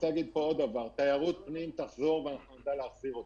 תיירות פנים תחזור ונדע להחזיר אותה.